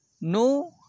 no